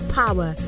power